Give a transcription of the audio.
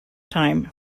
time